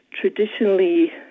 traditionally